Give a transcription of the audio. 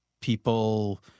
people